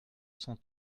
son